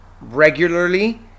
regularly